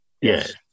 Yes